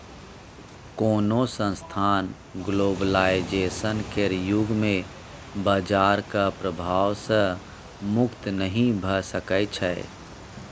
कोनो संस्थान ग्लोबलाइजेशन केर युग मे बजारक प्रभाव सँ मुक्त नहि भऽ सकै छै